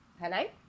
Hello